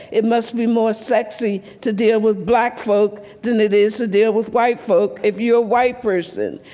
it must be more sexy to deal with black folk than it is to deal with white folk, if you're a white person.